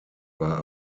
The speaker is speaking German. war